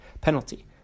penalty